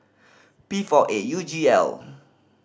P four eight U G L